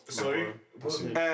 Sorry